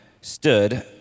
stood